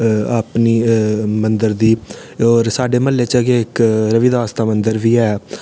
अपनी मन्दर दी होर साढ़े मह्ल्ले च गै इक रवीदास दा मन्दर बी ऐ